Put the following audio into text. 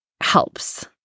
helps